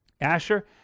Asher